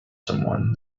someone